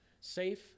safe